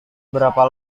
berapa